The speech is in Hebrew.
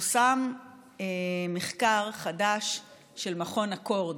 פורסם מחקר חדש של מכון אקורד,